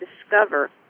discover